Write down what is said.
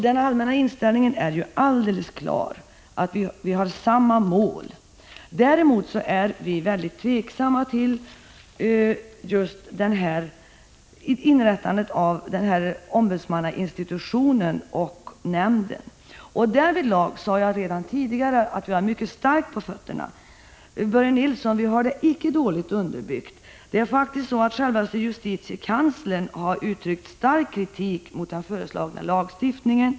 Den allmänna inställningen är alldeles klar, nämligen att vi har samma mål. Däremot är vi mycket tveksamma inför att en ombudsmannainstitution och nämnd skall inrättas. Därvidlag sade jag redan tidigare att vi har mycket starka skäl för vår uppfattning — den är alltså icke dåligt underbyggd, Börje Nilsson! Självaste justitiekanslern har uttryckt stark kritik mot den föreslagna lagstiftningen.